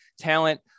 talent